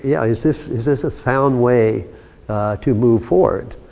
yeah is this is this a sound way to move forward.